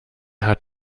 hat